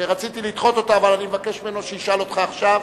שרציתי לדחות אותה אבל אני מבקש ממנו שישאל אותך עכשיו,